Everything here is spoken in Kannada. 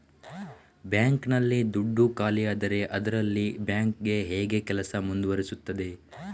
ಬ್ಯಾಂಕ್ ನಲ್ಲಿ ದುಡ್ಡು ಖಾಲಿಯಾದರೆ ಅದರಲ್ಲಿ ಬ್ಯಾಂಕ್ ಹೇಗೆ ಕೆಲಸ ಮುಂದುವರಿಸುತ್ತದೆ?